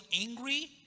angry